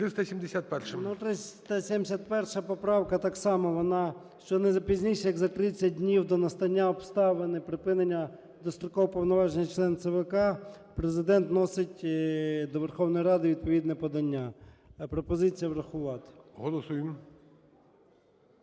371 поправка, вона так само, що не пізніше як за 30 днів настання обставини припинення достроково повноважень членів ЦВК, Президент вносить до Верховної Ради відповідне подання. Пропозиція врахувати. ГОЛОВУЮЧИЙ.